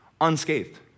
unscathed